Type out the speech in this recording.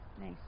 Nice